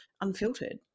unfiltered